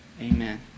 Amen